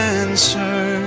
answer